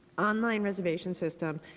on-line reservation system,